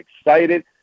excited